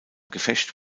gefecht